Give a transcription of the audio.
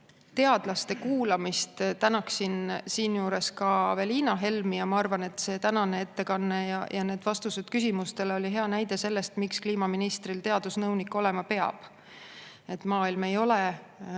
teadlaste [ettekandeid], tänaksin siinjuures Aveliina Helmi. Ma arvan, et tänane ettekanne ja vastused küsimustele olid hea näide selle kohta, miks kliimaministril teadusnõunik olema peab. Maailm ei ole